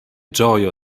ĝojo